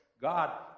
God